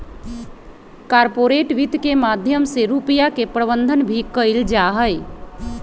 corporate वित्त के माध्यम से रुपिया के प्रबन्धन भी कइल जाहई